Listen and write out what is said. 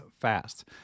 fast